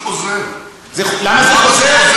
למה זה חוזר?